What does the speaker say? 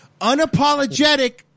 Unapologetic